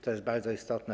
To jest bardzo istotne.